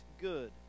good